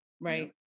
Right